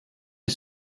est